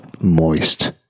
Moist